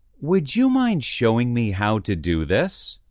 would you mind showing me how to do this?